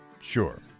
sure